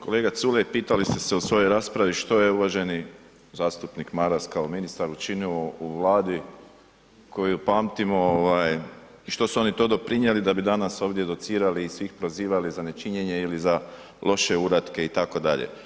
Kolega Culej, pitali ste se u svojoj raspravi, što je uvaženi zastupnik Maras kao ministar učinio u vladi, koju pamtimo što su oni to doprinijeli, da bi danas ovdje docirali i svih ih prozivali za nečinjenje ili za loše uratke itd.